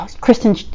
Kristen